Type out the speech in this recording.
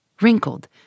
wrinkled